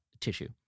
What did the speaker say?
tissue